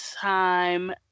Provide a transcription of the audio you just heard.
time